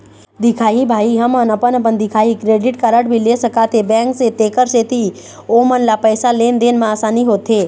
दिखाही भाई हमन अपन अपन दिखाही क्रेडिट कारड भी ले सकाथे बैंक से तेकर सेंथी ओमन ला पैसा लेन देन मा आसानी होथे?